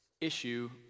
issue